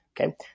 okay